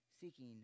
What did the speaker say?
seeking